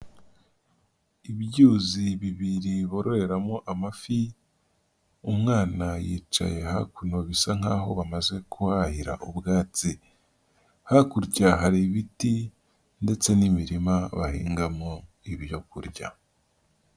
Ibyuzi bibiri bororeramo amafi ,umwana yicaye hakuno bisa nkaho bamaze kuhahira ubwatsi .Hakurya hari ibiti ndetse n'imirima bahingamo ibyokurya.